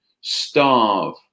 starve